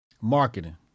Marketing